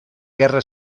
guerra